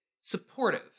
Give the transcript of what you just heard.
supportive